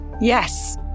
Yes